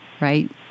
right